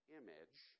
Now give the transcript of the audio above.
image